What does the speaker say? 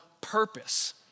purpose